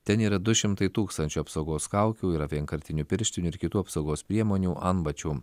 ten yra du šimtai tūkstančių apsaugos kaukių yra vienkartinių pirštinių ir kitų apsaugos priemonių antbačių